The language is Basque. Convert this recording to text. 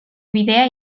bidea